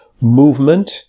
movement